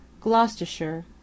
Gloucestershire